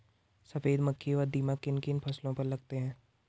सफेद मक्खी व दीमक किन किन फसलों पर लगते हैं?